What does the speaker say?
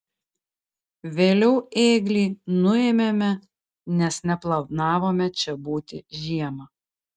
vėliau ėglį nuėmėme nes neplanavome čia būti žiemą